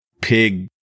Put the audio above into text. pig